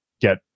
get